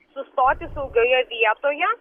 sustoti saugioje vietoje